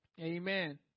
Amen